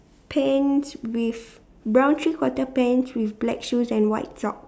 pants with brown three quarter pants with black shoes and white socks